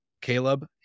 Caleb